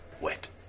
wet